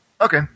Okay